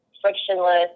frictionless